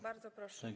Bardzo proszę.